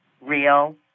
real